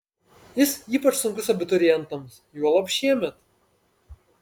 jis ypač sunkus abiturientams juolab šiemet